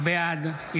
בעד מטי צרפתי הרכבי,